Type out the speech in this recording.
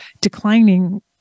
declining